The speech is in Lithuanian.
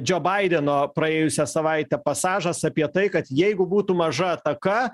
džio baideno praėjusią savaitę pasažas apie tai kad jeigu būtų maža ataka